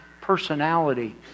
personality